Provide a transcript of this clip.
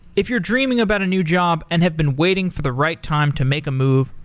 if you're dreaming about a new job and have been waiting for the right time to make a move,